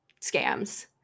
scams